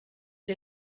der